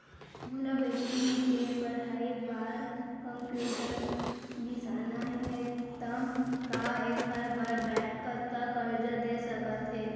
मोला बेटी के पढ़ई बार कम्प्यूटर बिसाना हे त का एखर बर बैंक कतका करजा दे सकत हे?